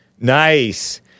Nice